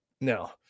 Now